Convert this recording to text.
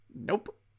nope